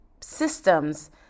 systems